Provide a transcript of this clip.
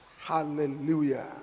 Hallelujah